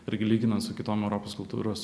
irgi lyginant su kitom europos kultūros